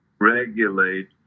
regulate